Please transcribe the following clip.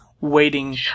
waiting